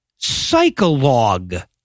psychologue